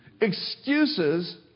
Excuses